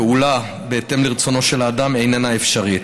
פעולה בהתאם לרצונו של אדם אינה אפשרית.